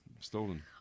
stolen